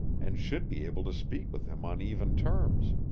and should be able to speak with him on even terms.